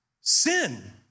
sin